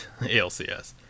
alcs